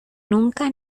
nunca